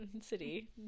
city